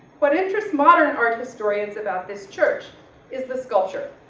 what interest modern art historians about this church is the sculpture.